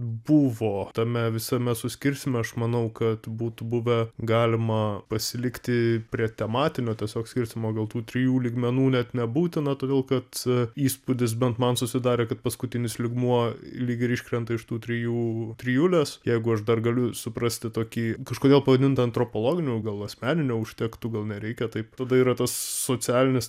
buvo tame visame suskirstyme aš manau kad būtų buvę galima pasilikti prie tematinio tiesiog skirstymo gal tų trijų lygmenų net nebūtina todėl kad įspūdis bent man susidarė kad paskutinis lygmuo lyg ir iškrenta iš tų trijų trijulės jeigu aš dar galiu suprasti tokį kažkodėl pavadintą antropologiniu gal asmeninio užtektų gal nereikia taip tada yra tas socialinis